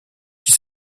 qui